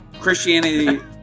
Christianity